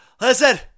listen